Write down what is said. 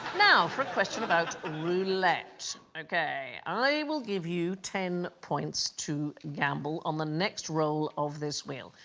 now for a question about roulette, okay i will give you ten points to gamble on the next roll of this wheel.